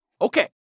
Okay